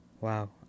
wow